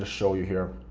ah show you here.